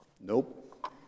Nope